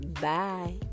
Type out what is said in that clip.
bye